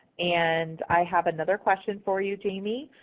and i have another question for you, jayme.